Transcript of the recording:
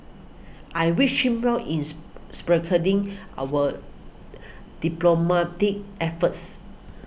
I wish him well is spearheading our diplomatic efforts